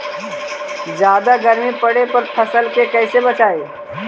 जादा गर्मी पड़े पर फसल के कैसे बचाई?